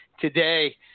today